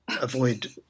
avoid